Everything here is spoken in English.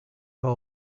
hole